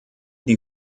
die